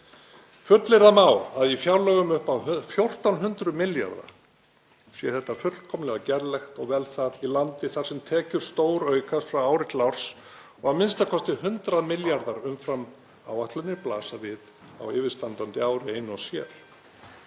Fullyrða má að í fjárlögum upp á 1.400 milljarða sé þetta fullkomlega gerlegt og vel það í landi þar sem tekjur stóraukast frá ári til árs og a.m.k. 100 milljarðar umfram áætlanir blasa við á yfirstandandi ári einu og sér.